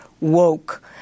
woke